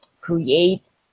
create